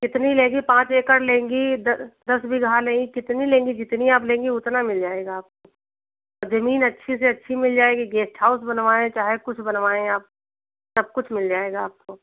कितनी लेंगी पाँच एकड़ लेंगी दस बिगहा लेंगी कितनी लेंगी जितनी आप लेंगी उतना मिल जाएगा आपको और ज़मीन अच्छी से अच्छी मिल जाएगी गेस्ट हाउस बनवाएँ चाहे कुछ बनवाएँ आप सब कुछ मिल जाएगा आपको